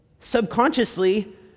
subconsciously